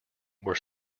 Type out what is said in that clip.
were